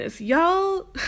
Y'all